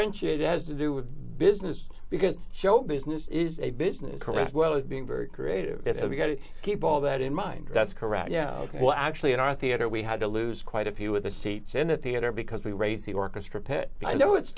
chad has to do with business because show business is a business career as well as being very creative it has got to keep all that in mind that's correct yeah well actually in our theatre we had to lose quite a few of the seats in the theater because we rate the orchestra pit i know it's